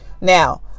Now